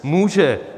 Může.